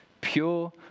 pure